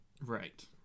Right